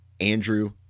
andrew